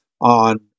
on